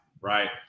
right